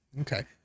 Okay